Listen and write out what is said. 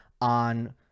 on